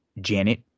Janet